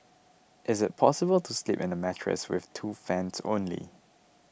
is it possible to sleep in a mattress with two fans only